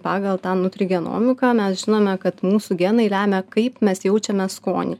pagal tą nutrigenomiką mes žinome kad mūsų genai lemia kaip mes jaučiame skonį